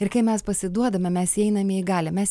ir kai mes pasiduodame mes einame į galią mes